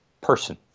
person